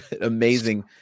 amazing